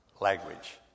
language